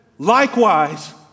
Likewise